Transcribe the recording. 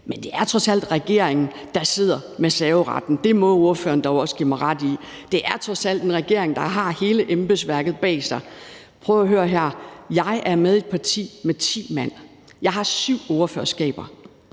men det er trods alt regeringen, der sidder med serveretten; det må ordføreren dog også give mig ret i. Det er trods alt en regering, der har hele embedsværket bag sig. Prøv at høre her: Jeg er i et parti med ti mand. Jeg har syv ordførerskaber.